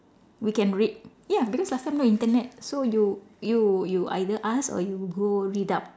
we can read ya because last time no Internet so you you you either ask or you go read up